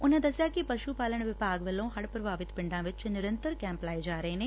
ਉਨ੍ਹਾ ਦਸਿਆ ਕਿ ਪਸੂ ਪਾਲਣ ਵਿਭਾਗ ਵੱਲੋ' ਹੜ੍ ਪ੍ਰਭਾਵਿਤ ਪਿੰਡਾ ਵਿਚ ਨਿਰੰਤਰ ਕੈ'ਪ ਲਾਏ ਜਾ ਰਹੇ ਨੇ